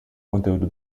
conteúdo